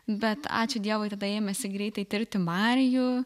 bet ačiū dievui tada ėmėsi greitai tirti marijų